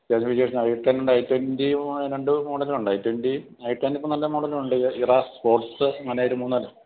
ചിലപ്പോൾ i ten ഉണ്ട് i twenty രണ്ടു മോഡൽ ഉണ്ട് ഐ ട്വൻറ്റി ഐ ടെൻ ഇപ്പോൾ നല്ല മോഡൽ വണ്ടിയാണ് സ്പോർട്സ് അങ്ങനെയായിട്ട് മൂന്നാല്